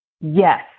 Yes